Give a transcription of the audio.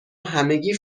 همگی